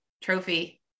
trophy